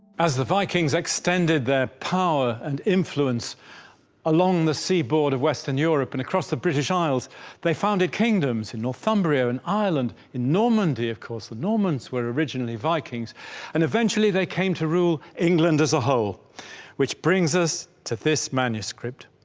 as the vikings extended their power and influence along the seaboard of western europe and across the british isles they founded kingdoms in northumbria and ireland, in normandy, of course, the normans were originally vikings and eventually they came to rule england as a whole which brings us to this manuscript,